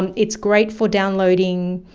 it's great for downloading,